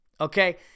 Okay